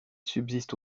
subsiste